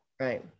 right